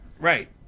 Right